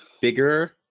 bigger